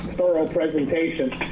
thorough presentations.